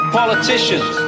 politicians